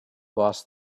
boss